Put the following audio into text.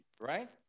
right